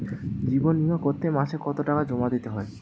জীবন বিমা করতে মাসে কতো টাকা জমা দিতে হয়?